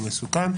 הוא מסוכן,